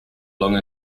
long